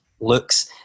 looks